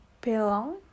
belong